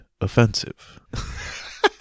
offensive